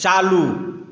चालू